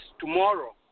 tomorrow